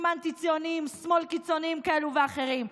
אנטי-ציוניים שמאל קיצוניים כאלה ואחרים,